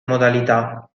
modalità